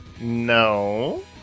No